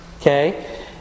Okay